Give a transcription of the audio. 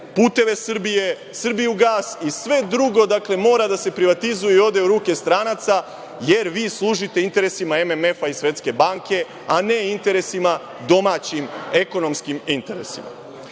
Puteve Srbije, Srbijagas i sve drugo mora da se privatizaciju i ode u ruke stranaca, jer vi služite interesima MMF-a i Svetske banke, a ne domaćim ekonomskim interesima. Ono